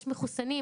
יש מחוסנים,